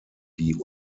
die